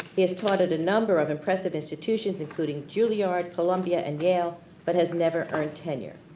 he has taught at a number of impressive institutions including julliard, columbia and yale but has never earned tenure.